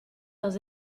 leurs